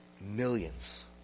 millions